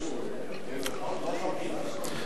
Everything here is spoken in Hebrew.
לא שומעים.